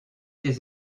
des